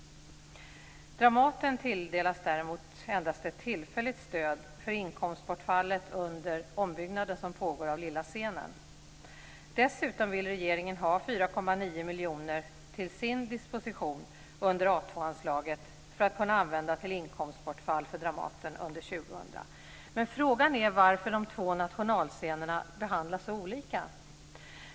Dramaten tilldelas däremot endast ett tillfälligt stöd för inkomstbortfallet under den ombyggnad som pågår av Lilla scenen. Dessutom vill regeringen ha 4,9 miljoner till sin disposition under A2-anslaget för att kunna användas till inkomstbortfall för Dramaten under år 2000. Frågan är varför de två nationalscenerna behandlas så olika.